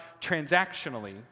transactionally